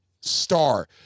star